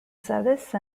service